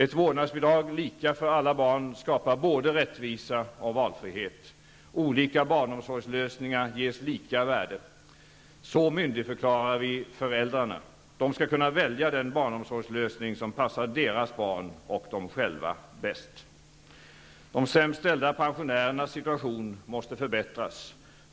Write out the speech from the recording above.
Ett vårdnadsbidrag, lika för alla barn, skapar både rättvisa och valfrihet. Olika barnomsorgslösningar ges lika värde. Så myndigförklarar vi föräldrarna. De skall kunna välja den barnomsorgslösning som passar deras barn och dem själva bäst. De sämst ställda pensionärernas situation måste förbättras.